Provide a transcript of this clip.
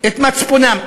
את מצפונם.